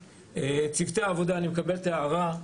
לגבי צוותי העבודה, אני מקבל את ההערה.